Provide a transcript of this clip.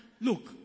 look